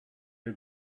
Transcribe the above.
you